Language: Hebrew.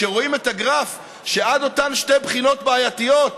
כשרואים את הגרף שעד אותן שתי בחינות בעייתיות,